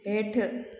हेठि